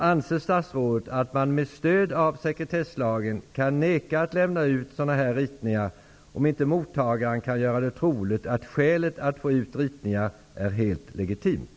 Anser statsrådet att man med stöd av sekretesslagen kan vägra att lämna ut ritningar, om inte mottagaren kan göra det troligt att skälet till att få ut dem är helt legitimt?